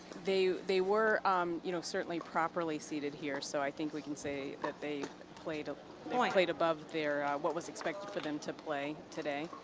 they they were um you know certainly properly seeded here. so i think we can say that they played ah like played above what was expected for them to play today.